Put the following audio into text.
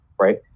right